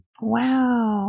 Wow